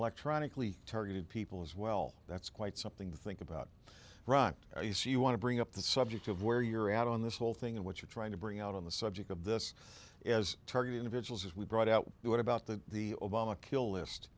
electronically targeted people as well that's quite something to think about rucked you say you want to bring up the subject of where you're out on this whole thing and what you're trying to bring out on the subject of this as target individuals as we brought out what about the